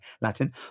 Latin